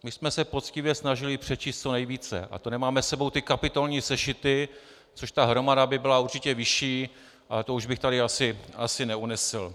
My jsme se poctivě snažili přečíst co nejvíce, a to nemáme s sebou ty kapitolní sešity, což ta hromada by byla určitě vyšší, ale to už bych tady asi neunesl.